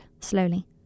slowly